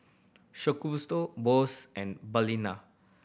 Shokubutsu Bose and Balina